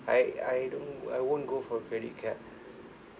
I I don't I won't go for credit card